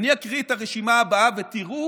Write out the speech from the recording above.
אני אקריא את הרשימה הבאה, ותראו